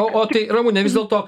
o o tai ramune vis dėlto